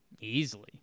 easily